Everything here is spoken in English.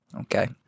Okay